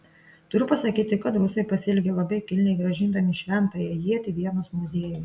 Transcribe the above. turiu pasakyti kad rusai pasielgė labai kilniai grąžindami šventąją ietį vienos muziejui